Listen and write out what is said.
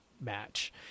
match